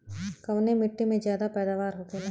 कवने मिट्टी में ज्यादा पैदावार होखेला?